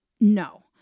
no